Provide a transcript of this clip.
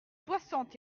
soixante